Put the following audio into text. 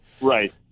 Right